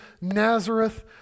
Nazareth